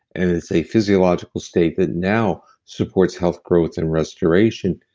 and it's a physiological state that now supports health growth and restoration,